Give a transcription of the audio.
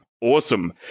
Awesome